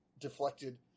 deflected